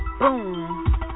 Boom